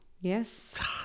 Yes